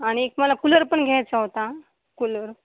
आणि एक मला कूलरपण घ्यायचा होता कूलर